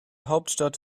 hauptstadt